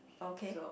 okay